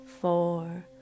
four